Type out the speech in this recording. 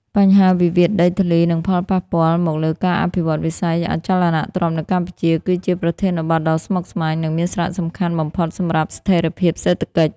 បញ្ហាវិវាទដីធ្លី និងផលប៉ះពាល់មកលើការអភិវឌ្ឍវិស័យអចលនទ្រព្យនៅកម្ពុជា គឺជាប្រធានបទដ៏ស្មុគស្មាញ និងមានសារៈសំខាន់បំផុតសម្រាប់ស្ថិរភាពសេដ្ឋកិច្ច។